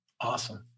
Awesome